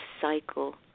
cycle